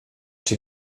czy